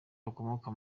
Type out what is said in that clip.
bakomoka